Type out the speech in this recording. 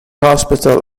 hospital